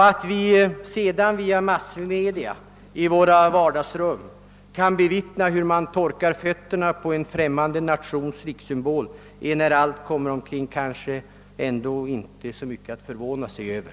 Att vi sedan via massmedia i våra vardagsrum kan bevittna hur man torkar fötterna på en främmande nations rikssymbol är när allt kommer omkring kanske inte så mycket att förvåna sig över.